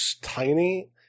tiny